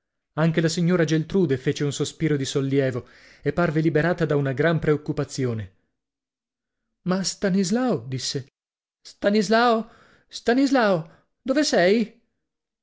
anche la signora geltrude fece un sospiro di sollievo e parve liberata da una gran preoccupazione ma stanislao disse stanislao stanislao dove sei